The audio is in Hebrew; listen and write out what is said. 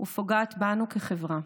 ופוגעת בנו כחברה.